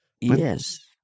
Yes